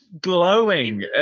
glowing